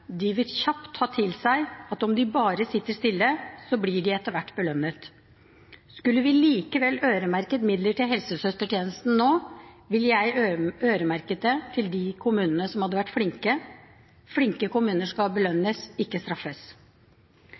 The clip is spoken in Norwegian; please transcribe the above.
De vil kjapt ta til seg at om de bare sitter stille, så blir de etter hvert belønnet. Skulle vi likevel øremerket midler til helsesøstertjenesten nå, ville jeg øremerket det til de kommunene som hadde vært flinke. Flinke kommuner skal belønnes, ikke straffes.